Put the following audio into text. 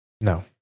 no